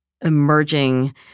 emerging